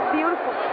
beautiful